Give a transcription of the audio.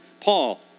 Paul